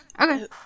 Okay